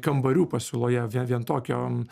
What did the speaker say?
kambarių pasiūloje vie vien tokio